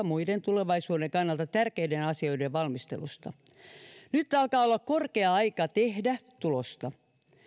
muiden tulevaisuuden kannalta tärkeiden asioiden valmistelusta nyt alkaa olla korkea aika tehdä tulosta